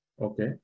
Okay